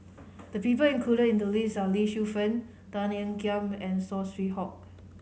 the people included in the list are Lee Shu Fen Tan Ean Kiam and Saw Swee Hock